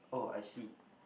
oh I see